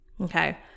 okay